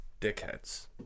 Dickheads